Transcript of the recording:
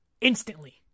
instantly